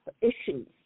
issues